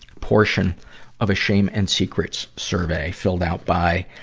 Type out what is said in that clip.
portion of a shame and secrets survey filled out by, ah,